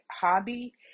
hobby